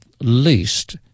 least